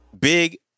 Big